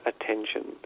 attention